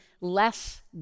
less